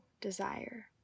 desire